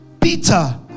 Peter